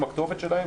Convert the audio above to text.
עם הכתובות שלהם,